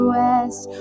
west